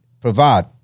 provide